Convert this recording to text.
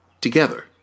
Together